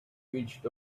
reached